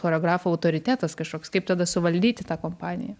choreografo autoritetas kažkoks kaip tada suvaldyti tą kompaniją